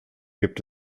gibt